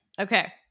Okay